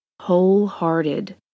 Wholehearted